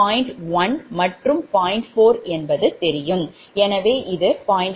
4 என்பது தெரியும் எனவே இது 0